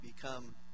become